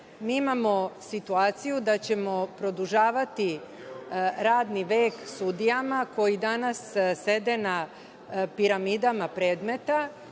imamo situaciju da ćemo produžavati radni vek sudijama koji danas sede na piramidama predmeta